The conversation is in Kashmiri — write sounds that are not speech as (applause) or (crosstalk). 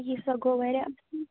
یہِ سَر گوٚو واریاہ (unintelligible)